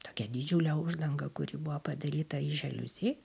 tokia didžiulė uždanga kuri buvo padaryta į želiuzy